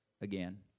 Again